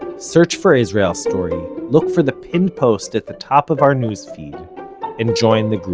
search for israel story, look for the pinned post at the top of our news feed and join the group.